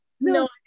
No